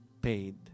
paid